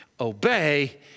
obey